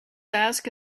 ask